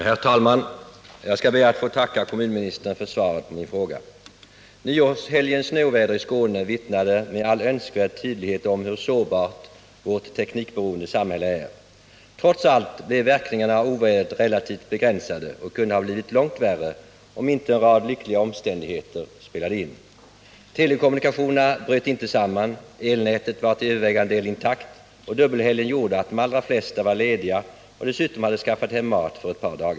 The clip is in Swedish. Herr talman! Jag skall be att få tacka kommunministern för svaret på min fråga. Nyårshelgens snöoväder i Skåne vittnade med all önskvärd tydlighet om hur sårbart vårt teknikberoende samhälle är. Trots allt blev verkningarna av ovädret relativt begränsade. De kunde ha blivit långt värre, om inte en rad lyckliga omständigheter spelade in: telekommunikationerna bröt inte samman, elnätet var till övervägande del intakt, och dubbelhelgen gjorde att de allra flesta var lediga och dessutom att de hade skaffat hem mat för ett par dagar.